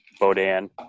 Bodan